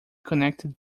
connected